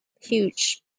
huge